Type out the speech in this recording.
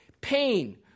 Pain